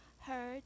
Heard